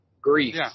grief